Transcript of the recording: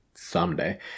someday